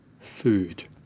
food